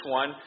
one